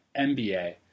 MBA